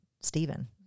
Stephen